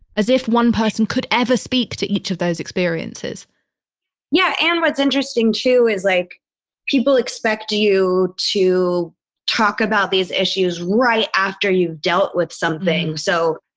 as if one person could ever speak to each of those experiences yeah. and what's interesting, too, is like people expect you to talk about these issues right after you've dealt with something. so,